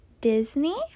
Disney